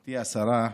גברתי השרה,